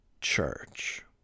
church